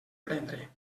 prendre